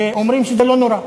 ואומרים שזה לא נורא.